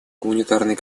гуманитарный